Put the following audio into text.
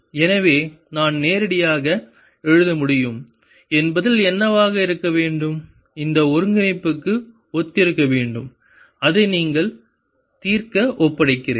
எனவே நான் நேரடியாக எழுத முடியும் என் பதில் என்னவாக இருக்க வேண்டும் இந்த ஒருங்கிணைப்பு ஒத்திருக்க வேண்டும் அதை நீங்கள் தீர்க்க ஒப்படைக்கிறேன்